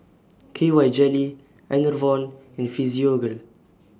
K Y Jelly Enervon and Physiogel